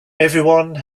everyone